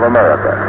America